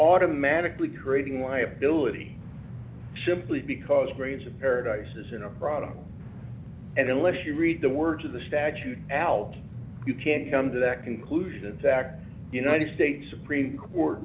automatically creating liability simply because greens of paradise is in a product and unless you read the words of the statute out you can't come to that conclusion in fact the united states supreme court